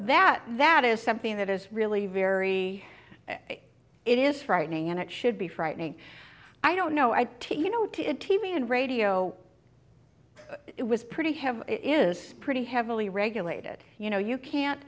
that that is something that is really very it is frightening and it should be frightening i don't know i to you know to t v and radio it was pretty have it is pretty heavily regulated you know you can't